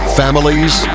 families